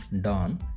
done